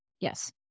Yes